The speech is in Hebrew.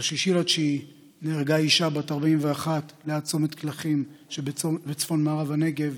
ב-6 בספטמבר נהרגה אישה בת 41 ליד צומת קלחים שבצפון-מערב הנגב.